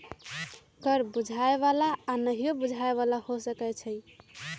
कर बुझाय बला आऽ नहियो बुझाय बला हो सकै छइ